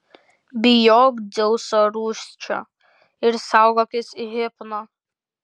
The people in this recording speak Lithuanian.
bijok dzeuso rūsčio ir saugokis hipno